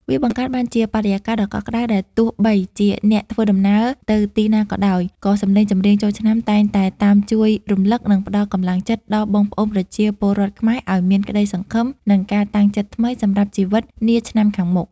វាបង្កើតបានជាបរិយាកាសដ៏កក់ក្តៅ ដែលទោះបីជាអ្នកធ្វើដំណើរទៅទីណាក៏ដោយ ក៏សម្លេងចម្រៀងចូលឆ្នាំតែងតែតាមជួយរំលឹក និងផ្ដល់កម្លាំងចិត្តដល់បងប្អូនប្រជាពលរដ្ឋខ្មែរឱ្យមានក្តីសង្ឃឹម និងការតាំងចិត្តថ្មីសម្រាប់ជីវិតនាឆ្នាំខាងមុខ។